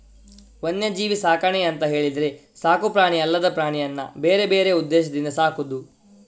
ವನ್ಯಜೀವಿ ಸಾಕಣೆ ಅಂತ ಹೇಳಿದ್ರೆ ಸಾಕು ಪ್ರಾಣಿ ಅಲ್ಲದ ಪ್ರಾಣಿಯನ್ನ ಬೇರೆ ಬೇರೆ ಉದ್ದೇಶದಿಂದ ಸಾಕುದು